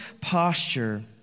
posture